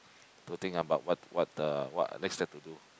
to think about what what the what next step to do